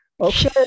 Okay